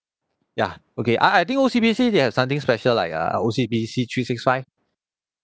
ya okay I I think O_C_B_C they have something special like uh O_C_B_C three six five